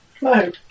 No